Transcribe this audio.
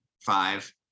five